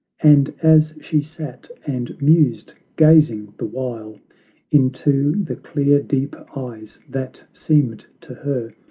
and as she sat and mused, gazing the while into the clear, deep eyes, that seemed to her,